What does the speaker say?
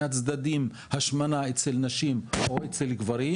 מהצדדים השמנה אצל גברים ונשים,